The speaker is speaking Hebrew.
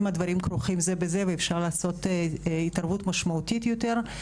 הדברים כרוכים זה בזה ואפשר לעשות התערבות משמעותית יותר.